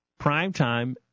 primetime